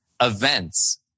events